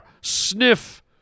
Sniff